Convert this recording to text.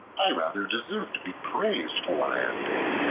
i rather deserve to be praised for what i have been,